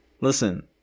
listen